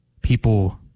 people